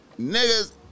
niggas